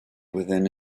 within